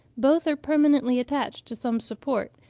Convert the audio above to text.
both are permanently attached to some support,